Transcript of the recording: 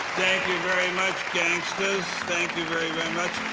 thank you very much. thank you very, very much.